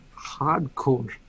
hardcore